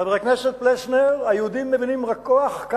חבר הכנסת פלסנר, היהודים מבינים רק כוח?